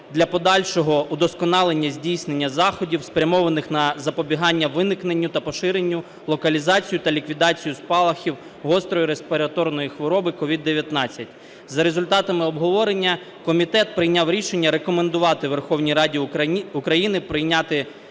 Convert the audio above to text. для подальшого удосконалення здійснення заходів, спрямованих на запобігання виникненню та поширенню, локалізацію та ліквідацію спалахів гострої респіраторної хвороби COVID-19. За результатами обговорення комітет прийняв рішення рекомендувати Верховній Раді України прийняти